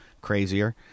crazier